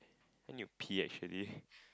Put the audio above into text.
I need to pee actually